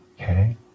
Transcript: Okay